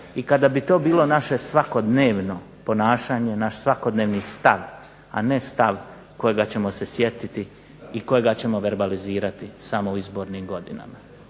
i kada bi to bilo naše svakodnevno ponašanje, naš svakodnevni stav, a ne stav kojega ćemo se sjetiti i kojega ćemo verbalizirati samo u izbornim godinama.